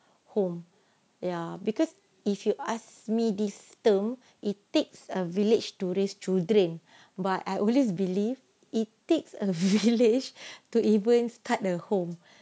home ya because if you ask me this term it takes a village to raise children but I always believe it takes a village to even start a home